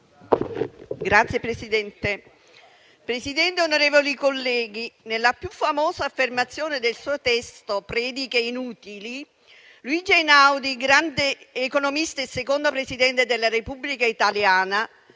*(M5S)*. Signor Presidente, onorevoli colleghi, nella più famosa affermazione del suo testo «Prediche inutili», Luigi Einaudi, grande economista e seconda Presidente della Repubblica italiana,